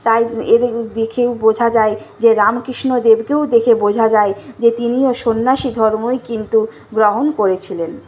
তাই এ দেখেও বোঝা যায় যে রামকৃষ্ণদেবকেও দেখে বোঝা যায় যে তিনিও সন্ন্যাসী ধর্মই কিন্তু গ্রহণ করেছিলেন